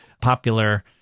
popular